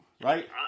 Right